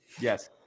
Yes